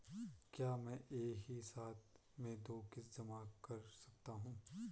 क्या मैं एक ही साथ में दो किश्त जमा कर सकता हूँ?